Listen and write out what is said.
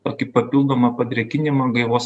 tokį papildomą padrėkinimą gaivos